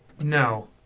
no